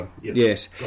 Yes